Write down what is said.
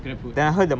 GrabFood